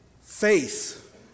faith